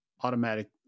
automatic